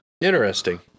Interesting